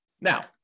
Now